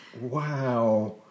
Wow